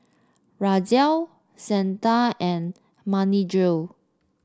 Razia Santha and Manindra